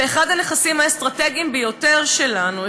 ואחד הנכסים האסטרטגיים ביותר שלנו,